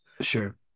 sure